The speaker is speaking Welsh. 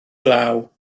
glaw